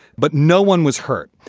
but no one was hurt.